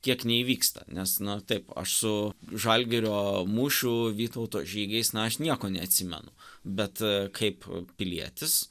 kiek neįvyksta nes na taip aš su žalgirio mūšiu vytauto žygiais na aš nieko neatsimenu bet kaip pilietis